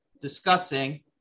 discussing